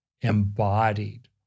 embodied